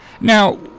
Now